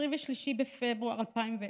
23 בפברואר 2010,